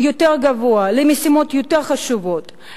יותר גבוה, למשימות יותר חשובות,